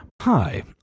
Hi